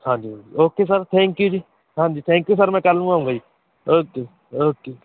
ਹਾਂਜੀ ਹਾਂਜੀ okay sir thank you ਜੀ ਹਾਂਜੀ ਥੈਂਕ ਯੂ ਸਰ ਮੈਂ ਕੱਲ੍ਹ ਨੂੰ ਆਊਂਗਾ ਜੀ ਓਕੇ ਓਕੇ